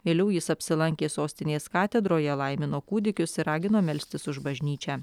vėliau jis apsilankė sostinės katedroje laimino kūdikius ir ragino melstis už bažnyčią